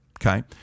okay